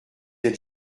êtes